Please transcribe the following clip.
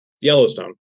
yellowstone